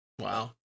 Wow